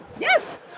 Yes